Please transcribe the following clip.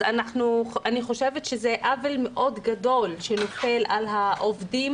אז אני חושבת שזה עוול מאוד גדול שנופל על העובדים